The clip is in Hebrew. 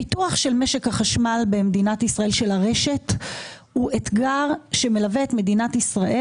הפיתוח של משק החשמל במדינת ישראל הוא אתגר שמלווה את מדינת ישראל,